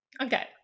okay